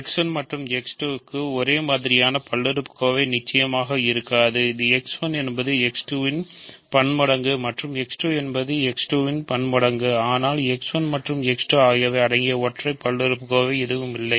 x 1 மற்றும் x 2 க்கு ஒரே மாதிரியான பல்லுறுப்புக்கோவை நிச்சயமாக இருக்காது இது x 1 என்பது x1 இன் பன்மடங்கு மற்றும் x 2 என்பது x 2 இன் பெருக்கமாகும் ஆனால் x 1 மற்றும் x 2 ஆகியவை அடங்கிய ஒற்றை பல்லுறுப்புக்கோவை எதுவும் இல்லை